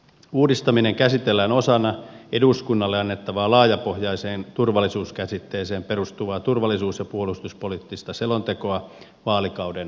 uudistaminen käsitellään osana eduskunnalle annettavaa laaja alaiseen turvallisuuskäsitteeseen perustuvaa turvallisuus ja puolustuspoliittista selontekoa vaalikauden alussa